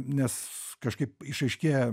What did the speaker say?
nes kažkaip išaiškėja